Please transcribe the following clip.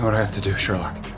have to do, sherlock.